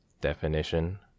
definition